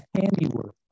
handiwork